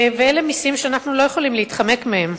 ואלה מסים שאנחנו לא יכולים להתחמק מהם.